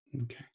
Okay